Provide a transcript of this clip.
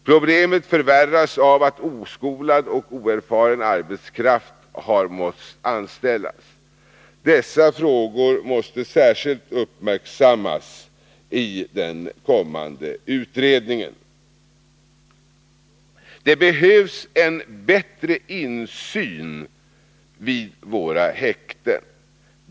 Problemet förvärras av att oskolad och oerfaren arbetskraft har måst anställas. Dessa frågor måste särskilt uppmärksammas i den kommande utredningen. Det behövs en bättre insyn vid våra häkten.